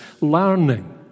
learning